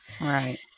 Right